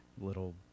little